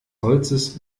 holzes